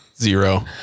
Zero